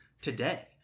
today